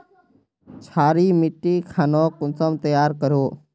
क्षारी मिट्टी खानोक कुंसम तैयार करोहो?